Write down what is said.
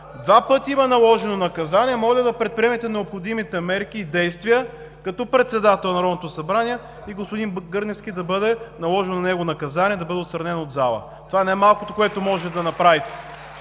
Два пъти има наложено наказание. Моля да предприемете необходимите мерки и действия като председател на Народното събрание и на господин Гърневски да бъде наложено наказание – да бъде отстранен от залата. Това е най-малкото, което може да направите.